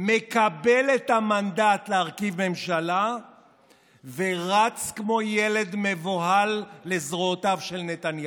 מקבל את המנדט להרכיב ממשלה ורץ כמו ילד מבוהל לזרועותיו של נתניהו.